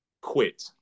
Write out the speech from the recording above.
quit